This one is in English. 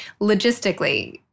logistically